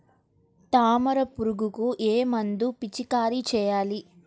తామర పురుగుకు ఏ మందు పిచికారీ చేయాలి?